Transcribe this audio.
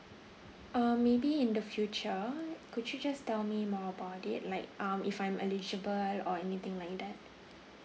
um maybe in the future could you just tell me more about it like um if I'm eligible at or anything like that